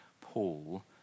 Paul